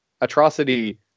atrocity